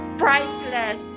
priceless